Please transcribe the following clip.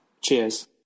Cheers